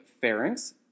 pharynx